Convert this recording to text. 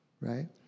right